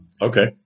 Okay